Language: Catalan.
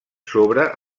sobre